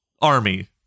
army